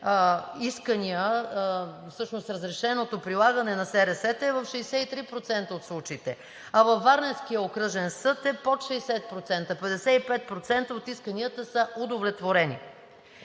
искания, всъщност разрешеното прилагане на СРС-та е в 83% от случаите, а във Варненския окръжен съд е под 60%, 55% от исканията са удовлетворени.